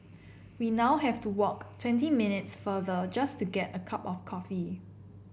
we now have to walk twenty minutes farther just to get a cup of coffee